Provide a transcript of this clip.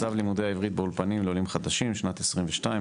מצב לימודי העברית באולפנים לעולים חדשים שנת 2022,